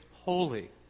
holy